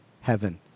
heaven